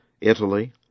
Italy